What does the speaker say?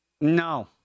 No